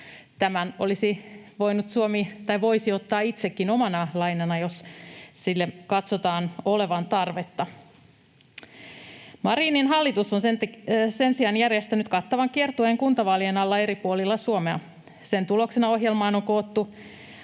Tämän voisi Suomi ottaa itsekin omana lainana, jos sille katsotaan olevan tarvetta. Marinin hallitus on sen sijaan järjestänyt kattavan kiertueen kuntavaalien alla eri puolilla Suomea. Sen tuloksena ohjelmaan on koottu